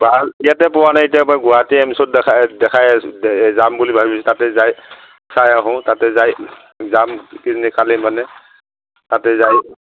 ভাল ইয়াতে পোৱা নাই এতিয়াা গুৱাহাটী এইমছত দেখাই আছো যাম বুলি ভাবিছো তাতে যাই চাই আহোঁ তাতে যাই যাম কালি মানে তাতে যায়